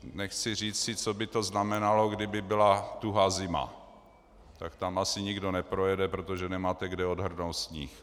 Nechci říci, co by to znamenalo, kdyby byla tuhá zima tak tam asi nikdo neprojede, protože nemáte kde odhrnout sníh.